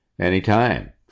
anytime